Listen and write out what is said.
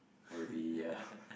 will be uh